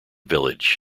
village